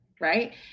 right